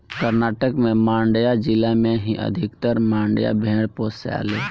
कर्नाटक के मांड्या जिला में ही अधिकतर मंड्या भेड़ पोसाले